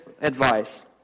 advice